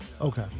Okay